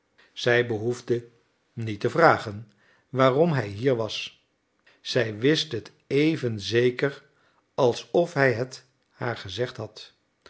zij behoefde niet te vragen waarom hij hier was zij wist het even zeker alsof hij het haar gezegd had